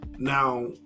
Now